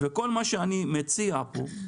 מה שאני מציע פה,